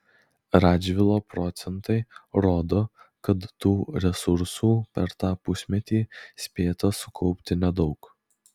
radžvilo procentai rodo kad tų resursų per tą pusmetį spėta sukaupti nedaug